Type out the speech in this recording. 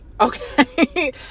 Okay